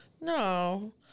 No